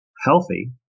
healthy